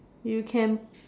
you can